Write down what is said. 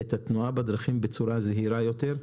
את התנועה בדרכים בצורה זהירה יותר.